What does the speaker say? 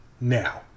Now